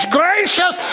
gracious